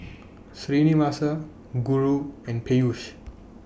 Srinivasa Guru and Peyush